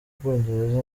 bwongereza